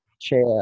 Chair